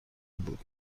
بود